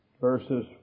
verses